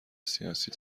سیاسی